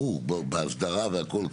ברור בהסדרה והכל,